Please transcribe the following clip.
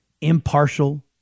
impartial